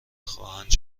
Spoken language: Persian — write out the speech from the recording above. خواهند